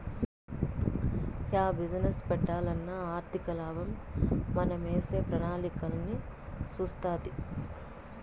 yeah business పెట్టాలన్నా ఆర్థికలాభం మనమేసే ప్రణాళికలన్నీ సూస్తాది